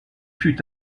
fut